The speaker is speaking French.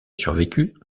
survécu